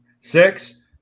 Six